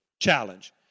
challenge